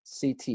CT